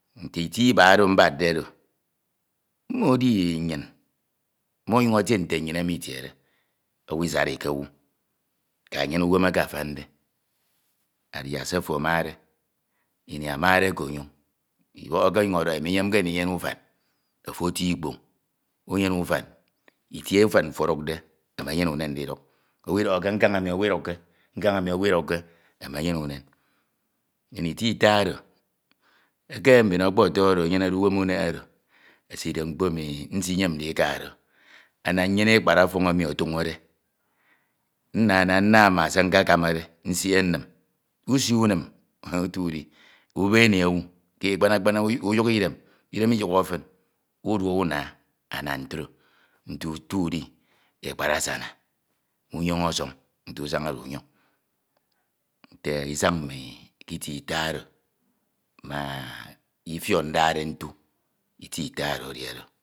Nte itie iba oro mbadde oro, mmo edi nnyin, mmo ọnyuñ etie nte nnyin ewu itiede, owu isarike owu. Ke nyene uwem eke afande, adia se ofo amade, ini amade ke onyoñ. Ibọhọke onyuñ ọdọhọ imo nyanke ndinyene ufan, ofo etie ikpoñ. Unyene ufan, itie ufan mfo edukde emenyene wuen ndiduk owu idọbọke ke nkan emi owu ideikke, nkam emi owu idukke, menyene unem. Ndim itie ita oro, eke mbin ọkpọtọ oro enyene de uwem unebe do, eside mkpo emi nsiyem ndika do, ana nyane ekap ọfọn emi ọtuñọde. Nnana nna ma se nke kinmade, nsiehe nnim, usi unim utu udi, ubep eme owu, akpan akpan uyọho una ana ntro nte utu udi ekpad asad. Unyoñ ọsọñ nte usañade unyoñi. Nte isañ mmi ke itie ita oro ma itiok ndade ntu itie ita oro edi oro